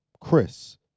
Chris